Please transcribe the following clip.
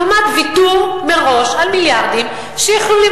לעומת ויתור מראש על מיליארדים שהיו יכולים